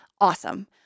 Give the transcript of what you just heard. awesome